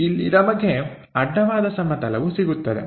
ಇಲ್ಲಿ ನಮಗೆ ಅಡ್ಡವಾದ ಸಮತಲವು ಸಿಗುತ್ತದೆ